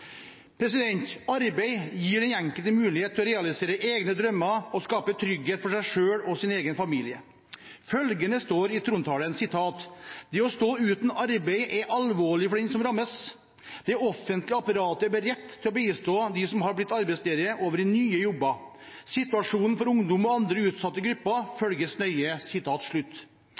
Arbeid gir den enkelte mulighet til å realisere egne drømmer og skape trygghet for seg selv og sin egen familie. Følgende står i trontalen: «Det å stå uten arbeid er alvorlig for den det rammer. Det offentlige apparatet er beredt til å bistå de som har blitt arbeidsledige over i nye jobber. Situasjonen for ungdom og andre utsatte grupper